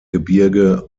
gebirge